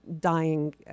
dying